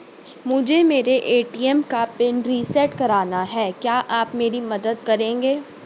मुझे मेरे ए.टी.एम का पिन रीसेट कराना है क्या आप मेरी मदद करेंगे?